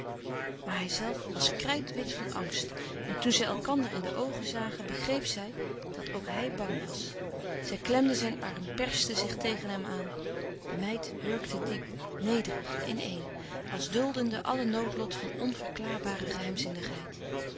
maar hijzelve was krijtwit van angst en toen zij elkander in de oogen zagen begreep zij dat ook hij bang was zij klemde zijn arm perste zich tegen hem aan de meid hurkte louis couperus de stille kracht diep nederig ineen als duldende alle noodlot van onverklaarbare geheimzinnigheid